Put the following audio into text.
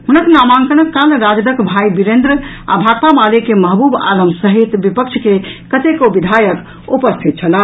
हुनक नामांकनक काल राजदक भाई वीरेन्द्र आ भाकपा माले के महबूब आलम सहित विपक्ष के कतेको विधायक उपस्थित छलाह